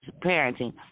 parenting